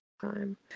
time